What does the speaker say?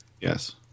Yes